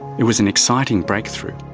it was an exciting breakthrough.